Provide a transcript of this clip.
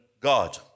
God